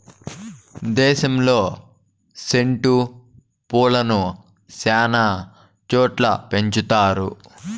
దేశంలో సెండు పూలను శ్యానా చోట్ల పెంచుతారు